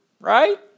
right